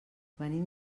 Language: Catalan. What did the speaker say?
venim